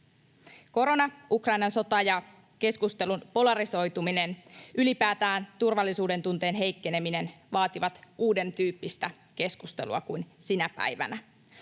Korona, Ukrainan sota ja keskustelun polarisoituminen, ylipäätään turvallisuudentunteen heikkeneminen, vaativat uudentyyppistä keskustelua kuin sinä päivänä.